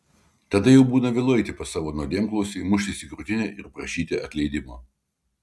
tada jau būna vėlu eiti pas savo nuodėmklausį muštis į krūtinę ir prašyti atleidimo